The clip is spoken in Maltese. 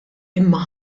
imma